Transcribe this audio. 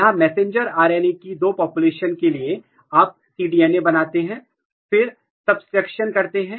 यहां messenger R N A की दो पॉपुलेशन के लिए आप सी डी cDNA बनाते हैं और फिर सब्सट्रैक्शन घटाव करते हैं